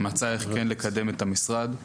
מצא איך כן לקדם את המשרד.